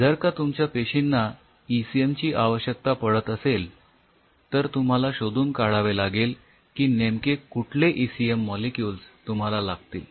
जर का तुमच्या पेशींना ईसीएम ची आवश्यकता पडत असेल तर तुम्हाला शोधून काढावे लागेल की नेमके कुठले ईसीएम मॉलिक्युल्स तुम्हाला लागतील